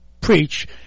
preach